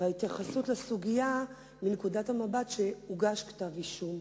וההתייחסות לסוגיה מנקודת המבט שהוגש כתב אישום.